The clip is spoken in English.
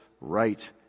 right